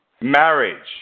Marriage